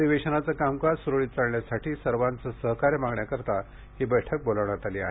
अधिवेशनाचे कामकाज सुरळीत चालण्यासाठी सर्वांचे सहकार्य मागण्याकरिता ही बैठक बोलावण्यात आली आहे